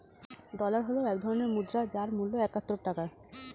dollar হল এক ধরনের মুদ্রা যার মূল্য একাত্তর টাকা